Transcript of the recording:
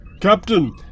Captain